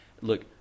look